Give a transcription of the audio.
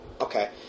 okay